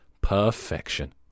perfection